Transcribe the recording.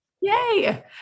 Yay